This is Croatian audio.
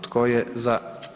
Tko je za?